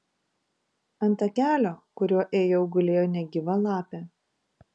ant takelio kuriuo ėjau gulėjo negyva lapė